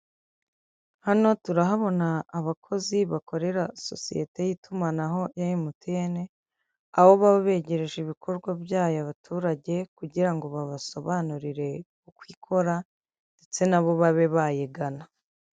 Hano turahabona abakozi bakorera sosiyete y'itumanaho ya emutiyene, aho baba begereje ibikorwa byayo abaturage kugira ngo babasobanurire uko ikora ndetse nabo babe bayigana.